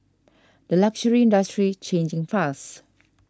the luxury industry changing fast